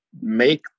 make